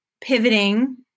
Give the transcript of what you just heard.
pivoting